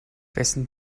wessen